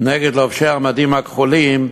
נגד לובשי המדים הכחולים,